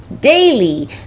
daily